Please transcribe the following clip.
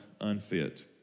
unfit